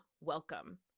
welcome